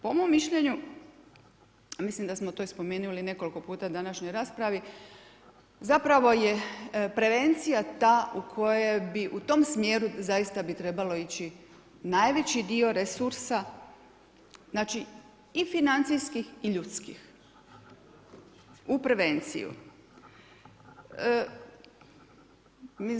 Po mom mišljenju mislim da smo to i spomenuli nekoliko puta u današnjoj raspravi zapravo je prevencija ta u koje bi, u tom smjeru zaista bi trebalo ići najveći dio resursa znači i financijskih i ljudskih u prevenciju.